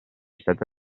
sette